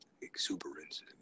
Exuberance